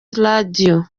radio